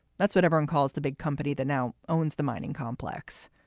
that's what hevron calls the big company that now owns the mining complex.